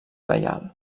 reial